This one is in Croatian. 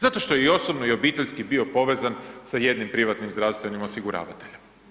Zato što je i osobno i obitelji bio povezan sa jednim privatnim zdravstvenim osiguravateljem.